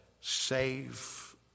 safe